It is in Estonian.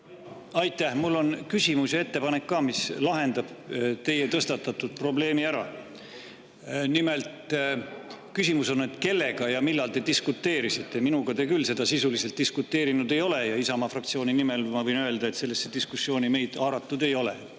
Aitäh! Mul on küsimus ja ka ettepanek, mis lahendab teie tõstatatud probleemi ära. Nimelt, küsimus on, kellega ja millal te diskuteerisite. Minuga te küll seda sisuliselt diskuteerinud ei ole ja Isamaa fraktsiooni nimel ma võin öelda, et sellesse diskussiooni meie haaratud ei ole